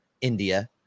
India